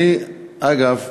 אגב,